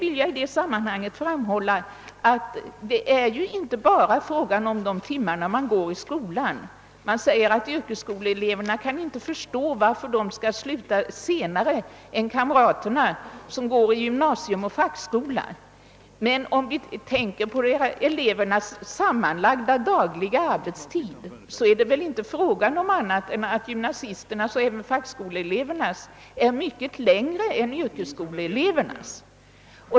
I detta sammanhang vill jag framhålla att det ju inte bara är fråga om de timmar eleverna går i skolan. Man säger att yrkesskoleeleverna inte kan förstå varför de skall sluta senare än kamraterna som går i gymnasium och fackskola. Men om man ser till elevernas sammanlagda dagliga arbetstid så är det ju inte fråga om annat än att gymnasisternas och även fackskoleelevernas arbetsdag är mycket längre än yrkesskoleelevernas.